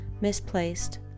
misplaced